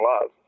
love